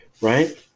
right